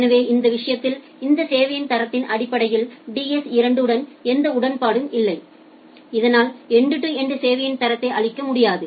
எனவே இந்த விஷயத்தில் இந்த சேவையின் தரத்தின் அடிப்படையில் டிஎஸ் 2 உடன் எந்த உடன்பாடும் இல்லை இதனால் எண்டு டு எண்டு சேவையின் தரத்தை அளிக்க முடியாது